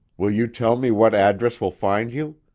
will you tell me what address will find you?